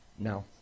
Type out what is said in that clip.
no